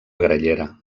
grallera